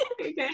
Okay